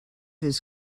his